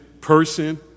person